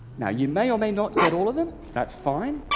now, you may or may not get all of them, that's fine.